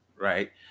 right